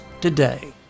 Today